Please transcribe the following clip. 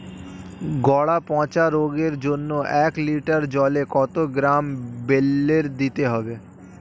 গোড়া পচা রোগের জন্য এক লিটার জলে কত গ্রাম বেল্লের দিতে হবে?